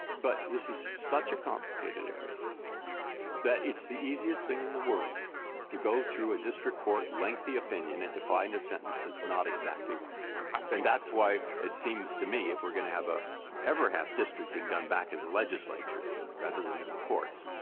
but this is such a complicated area that it's the easiest thing in the world to go through a district court lengthy opinion and to find a sentence that's not exactly right. breyer and i mean that's why it seems to me, if we're going to have a ever have districting done back in the legislatures, rather than in the courts,